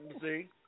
See